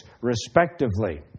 respectively